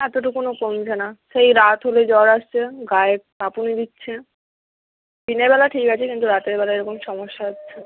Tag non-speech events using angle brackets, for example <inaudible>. এতটুকুও কমছে না সেই রাত হলে জ্বর আসছে গায়ে কাঁপুনি দিচ্ছে দিনের বেলা ঠিক আছি কিন্তু রাতের বেলায় এরকম সমস্যা হচ্ছে <unintelligible>